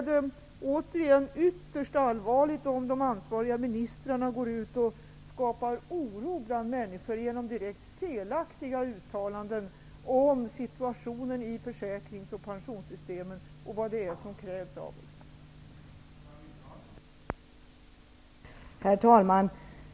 Det är ytterst allvarligt om de ansvariga ministrarna skapar oro bland människor genom direkt felaktiga uttalanden om situationen i försäkrings och pensionssystemen och vad som krävs av oss.